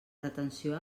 retenció